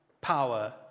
power